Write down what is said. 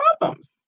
problems